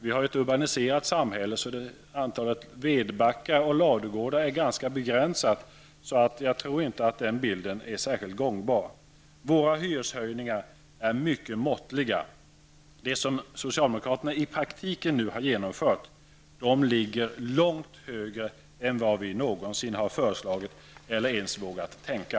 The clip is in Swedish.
Vårt samhälle är urbansierat, och antalet vedbackar och ladugårdar är ganska begränsat. Jag tror inte att den bilden är särskilt gångbar. De hyreshöjningar vi föreslår är mycket måttliga. De som socialdemokraterna nu i praktiken har genomfört ligger långt högre än vad vi moderater någonsin har föreslagit eller ens vågat tänka.